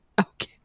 Okay